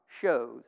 shows